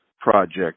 project